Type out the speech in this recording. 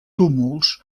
túmuls